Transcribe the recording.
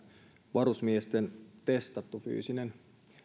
varusmiesten testattu fyysinen